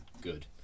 good